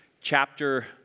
chapter